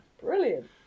Brilliant